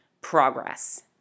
progress